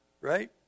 right